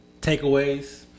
takeaways